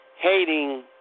hating